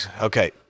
Okay